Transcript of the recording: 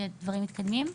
שדברים מתקדמים?